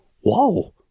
Whoa